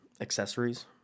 accessories